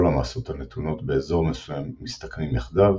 המסות הנתונות באזור מסוים מסתכמים יחדיו,